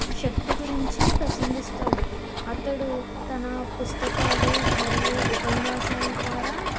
శక్తి గురించి ప్రసంగిస్తాడు అతడు తన పుస్తకాలు మరియు ఉపన్యాసాల ద్వారా